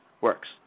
works